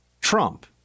Trump